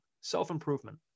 Self-improvement